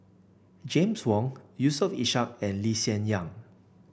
James Wong Yusof Ishak and Lee Hsien Yang